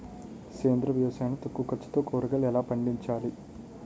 సేంద్రీయ వ్యవసాయం లో తక్కువ ఖర్చుతో కూరగాయలు ఎలా పండించాలి?